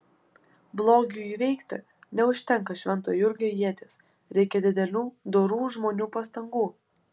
blogiui įveikti neužtenka švento jurgio ieties reikia didelių dorų žmonių pastangų